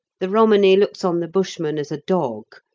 the romany looks on the bushman as a dog,